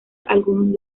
algunos